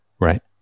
Right